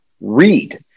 read